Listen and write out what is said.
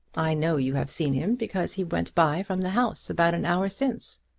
i know you have seen him, because he went by from the house about an hour since.